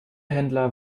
händler